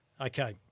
Okay